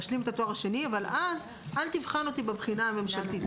אבל אז אל תבחן אותי בבחינה הממשלתית.